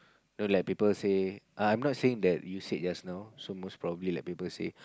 know like people say uh I'm not saying that you said just now so most probably like people say